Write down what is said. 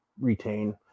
retain